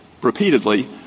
repeatedly